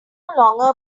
longer